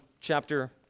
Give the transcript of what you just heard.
chapter